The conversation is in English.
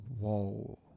Whoa